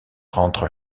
rentrent